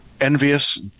envious